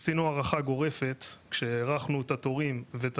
עשינו הארכה גורפת כשהארכנו את התורים ואת